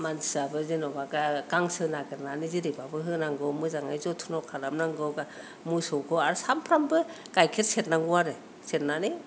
मानसियाबो जेनेबा गांसो नागेरनानै जेरैबाबो होनांगौ मोजाङै जथ्न' खालामनांगौ मोसौखौ आरो सानफ्रामबो गायखेर सेरनांगौ आरो सेरनानै